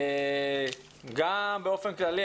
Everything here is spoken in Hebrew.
גם באופן כללי,